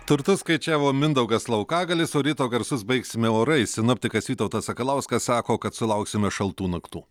turtus skaičiavo mindaugas laukagalis o ryto garsus baigsime orais sinoptikas vytautas sakalauskas sako kad sulauksime šaltų naktų